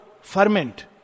ferment